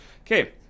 Okay